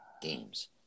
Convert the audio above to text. Games